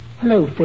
Hello